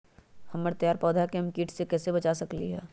हमर तैयार पौधा के हम किट से कैसे बचा सकलि ह?